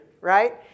right